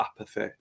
apathy